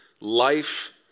life